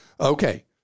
okay